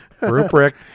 Rupert